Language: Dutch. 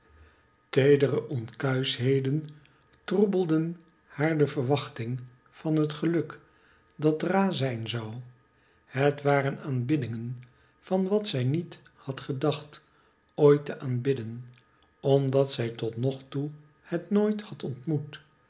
teedere onkuischheden troebelden haar de verwachting van het geluk dat dra zijn zou het waren aanbiddingen van wat zij niet had gedacht ooit te aanbidden omdat zij tot nog toe het nooit had ontmoet